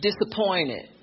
disappointed